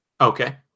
Okay